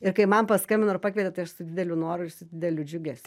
ir kai man paskambino ir pakvietė tai aš su dideliu noru ir su dideliu džiugesiu